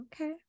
Okay